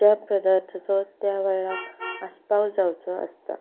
ज्या पदार्थाचो त्या वेळाक आसपाव जावचो आसता